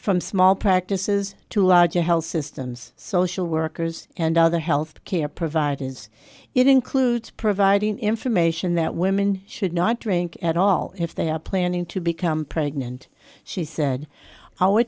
from small practices to lodge a health systems social workers and other health care providers it includes providing information that women should not drink at all if they are planning to become pregnant she said o